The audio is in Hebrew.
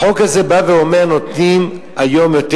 החוק הזה בא ואומר: נותנים היום יותר